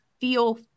feel